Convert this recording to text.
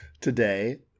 today